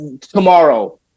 tomorrow